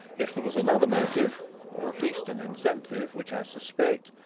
if there was another motive or at least an incentive which i suspect,